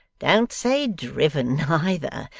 don't say driven either.